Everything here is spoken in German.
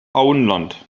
auenland